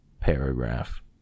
Paragraph